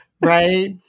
right